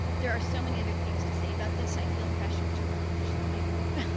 there are so many other things to say about this. i feel pressured to relinquish the microphone.